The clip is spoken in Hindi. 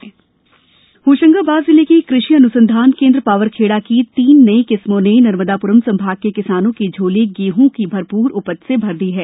होशंगाबाद गेंह होशंगाबाद जिले के कृषि अन्संधान केंद्र पवारखेड़ा की तीन नई किस्मों ने नर्मदाप्रम संभाग के किसानों की झोली गेहं की भरपूर उपज से भर दी है